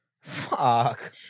fuck